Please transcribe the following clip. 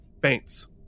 faints